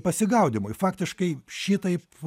pasigaudymui faktiškai šitaip